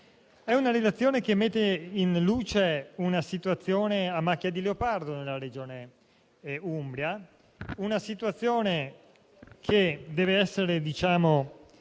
È una relazione che mette in luce una situazione a macchia di leopardo nella Regione Umbria; una situazione che deve essere presa